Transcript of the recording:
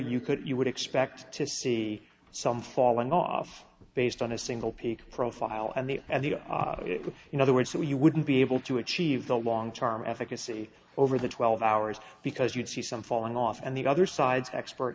you could you would expect to see some falling off based on a single peak profile and they and the in other words so you wouldn't be able to achieve the long term efficacy over the twelve hours because you'd see some falling off and the other side's expert